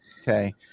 Okay